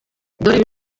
dore